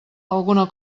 alguna